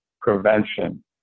prevention